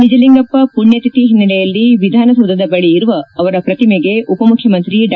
ನಿಜಲಿಂಗಪ್ಪ ಪುಣ್ಣತಿಥಿ ಹಿನ್ನೆಲೆಯಲ್ಲಿ ವಿಧಾನಸೌಧದ ಬಳಿ ಇರುವ ಅವರ ಪ್ರತಿಮೆಗೆ ಉಪ ಮುಖ್ಯಮಂತ್ರಿ ಡಾ